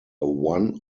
one